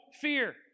fear